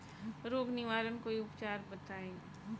रोग निवारन कोई उपचार बताई?